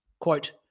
quote